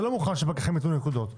אתה לא מוכן שפקחים ייתנו נקודות.